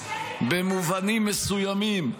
במובנים מסוימים,